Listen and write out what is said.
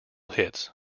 hits